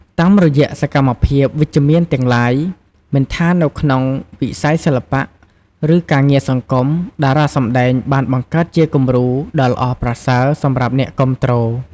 តាមរយៈសកម្មភាពវិជ្ជមានទាំងឡាយ មិនថានៅក្នុងវិស័យសិល្បៈ ឬការងារសង្គម តារាសម្ដែងបាន បង្កើតជាគំរូដ៏ល្អប្រសើរ សម្រាប់អ្នកគាំទ្រ។